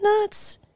nuts